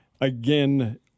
Again